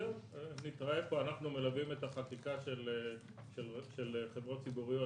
אנחנו מלווים את החקיקה של חברות ציבוריות